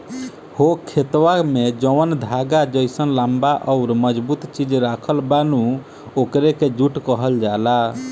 हो खेतवा में जौन धागा जइसन लम्बा अउरी मजबूत चीज राखल बा नु ओकरे के जुट कहल जाला